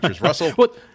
Russell